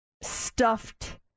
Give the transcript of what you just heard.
stuffed